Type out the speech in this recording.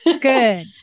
Good